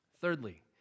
Thirdly